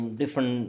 different